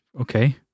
okay